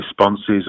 responses